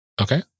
Okay